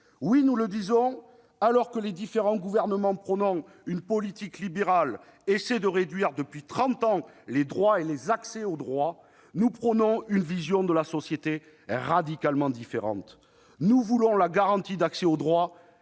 Oui, nous le disons : alors que les différents gouvernements, prônant une politique libérale, essaient de réduire depuis trente ans les droits et les accès aux droits, nous prônons une vision de la société radicalement différente. Nous voulons la garantie d'accès aux droits